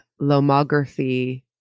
Lomography